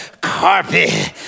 carpet